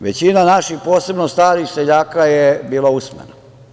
Većina naših, posebno starih seljaka je bila usmena.